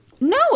No